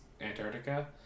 Antarctica